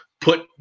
put